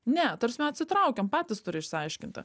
ne ta prasme atsitraukiam patys turi išsiaiškinti